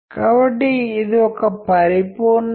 కాబట్టి ఈ మార్గం మరియు ఆ మార్గం ఉంది